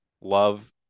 love